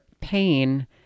pain